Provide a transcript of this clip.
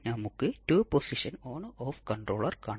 അതിനർത്ഥം ഒരു R C എന്നിവ ഉപയോഗിച്ച്